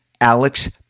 Alex